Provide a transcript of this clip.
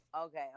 okay